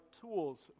tools